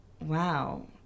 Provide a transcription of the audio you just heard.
wow